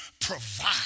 provide